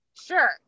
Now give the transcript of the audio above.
Sure